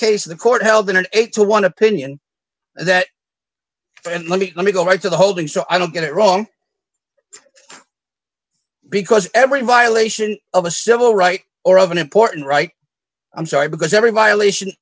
case the court held in an eight to one opinion that and let me let me go right to the holding so i don't get it wrong because every violation of a civil right or of an important right i'm sorry because every